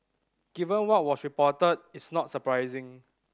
given what was reported it's not surprising